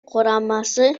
курамасы